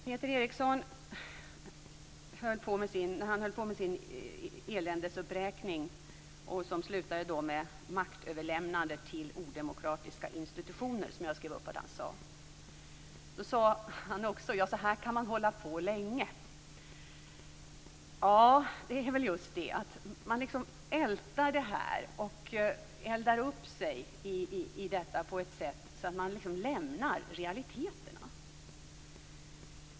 Peter Eriksson höll på med sin eländesuppräkning som slutade med "maktöverlämnande till odemokratiska institutioner" - jag skrev upp vad han sade. Han sade: Så här kan man hålla på länge. Ja, man ältar detta och eldar upp sig på ett sätt att man lämnar realiteterna.